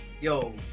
yo